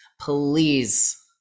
please